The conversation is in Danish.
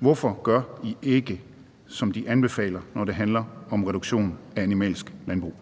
Hvorfor gør I ikke, som de anbefaler, når det handler om reduktion af animalsk landbrug?